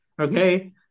Okay